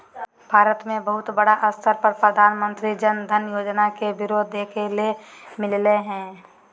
भारत मे बहुत बड़ा स्तर पर प्रधानमंत्री जन धन योजना के विरोध देखे ले मिललय हें